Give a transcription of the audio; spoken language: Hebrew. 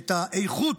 את האיכות,